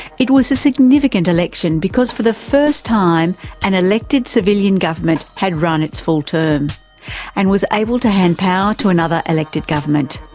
it was a significant election because for the first time an elected civilian government had run its full term and was able to hand power to another elected government.